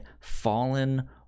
Fallen